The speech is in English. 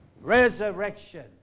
resurrection